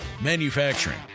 Manufacturing